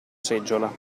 seggiola